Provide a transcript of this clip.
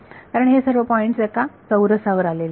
कारण हे सर्व पॉईंट्स एका चौरसावर आलेले आहेत